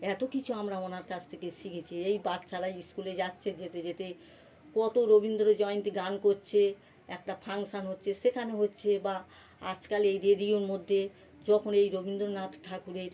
এত কিছু আমরা ওনার কাছ থেকে শিখেছি এই বাচ্চারা স্কুলে যাচ্ছে যেতে যেতে কত রবীন্দ্রজয়ন্তী গান করছে একটা ফাংশান হচ্ছে সেখানে হচ্ছে বা আজকাল এই রেডিওর মধ্যে যখন এই রবীন্দ্রনাথ ঠাকুরের